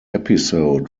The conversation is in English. episode